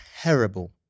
terrible